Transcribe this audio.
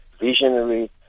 visionary